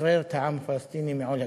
לשחרר את העם הפלסטיני מעול הכיבוש.